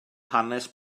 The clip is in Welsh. hanes